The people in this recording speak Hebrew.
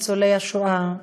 ניצולי השואה,